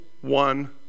one